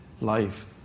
life